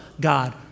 God